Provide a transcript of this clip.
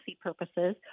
purposes